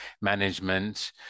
management